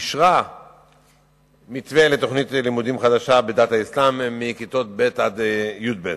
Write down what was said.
אישרה מתווה לתוכנית לימודים חדשה בדת האסלאם מכיתות ב' עד י"ב.